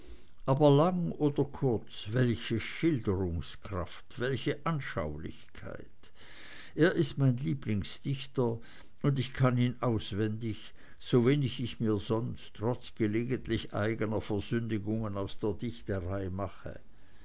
aber lang oder kurz welche schilderungskraft welche anschaulichkeit er ist mein lieblingsdichter und ich kann ihn auswendig sowenig ich mir sonst trotz gelegentlich eigener versündigungen aus der dichterei mache